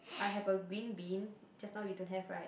I have a green bean just now you don't have right